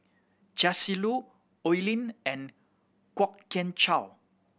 Chia Shi Lu Oi Lin and Kwok Kian Chow